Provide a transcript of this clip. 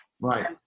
right